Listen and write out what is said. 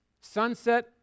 Sunset